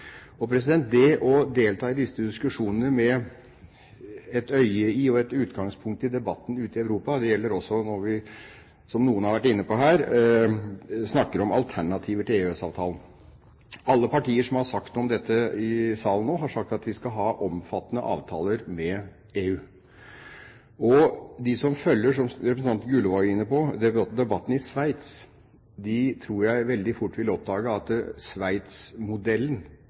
Det å delta i disse diskusjonene med et øye på og et utgangspunkt i debatten ute i Europa, gjelder også – som noen har vært inne på her – når vi snakker om alternativer til EØS-avtalen. Alle partier som har sagt noe om dette i salen nå, har sagt at vi skal ha omfattende avtaler med EU. De som følger debatten i Sveits – som representanten Gullvåg var inne på – tror jeg veldig fort vil oppdage at Sveits-modellen neppe er noe godt forbilde. Det er ikke slik at Sveits